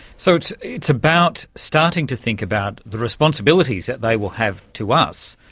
so it's it's about starting to think about the responsibilities that they will have to us,